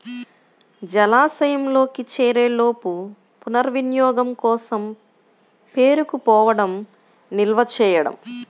జలాశయంలోకి చేరేలోపు పునర్వినియోగం కోసం పేరుకుపోవడం నిల్వ చేయడం